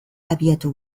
abiatu